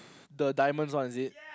the diamonds one is it